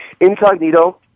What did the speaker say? Incognito